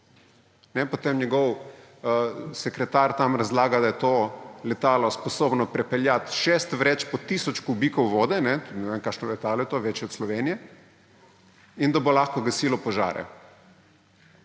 potem njegov sekretar tam razlaga, da je to letalo sposobno prepeljati šest vreč po tisoč kubikov vode − ne vem, kakšno letalo je to, večje od Slovenije − in da bo lahko gasilo požare.